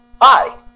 Hi